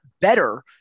better